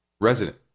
Resident